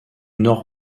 nord